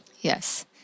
Yes